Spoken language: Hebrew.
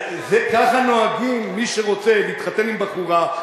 ככה נוהג מי שרוצה להתחתן עם בחורה,